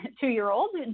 two-year-old